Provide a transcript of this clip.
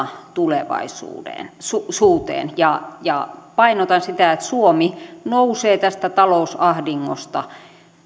tulevaisuuteen ja ja painotan sitä että suomi nousee tästä talousahdingosta